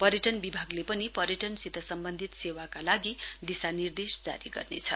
पर्यटन विभागले पनि पर्यटनसित सम्बन्धित सेवाका लागि दिशानिर्देश जारी गर्नेछ